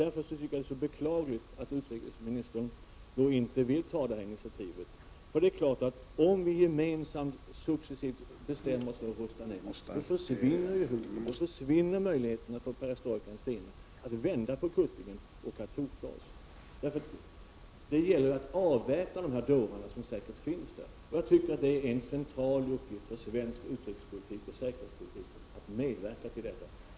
Därför tycker jag det är så beklagligt att utrikesministern inte vill ta det här initiativet, för det är klart att om vi gemensamt successivt bestämmer oss för att rösta nej, försvinner möjligheten för perestrojkans del att vända på kuttingen. Det gäller att avväpna de här dårarna, som säkert finns där. Och jag tycker det är en central uppgift för svensk utrikespolitik och säkerhetspolitik att medverka till detta.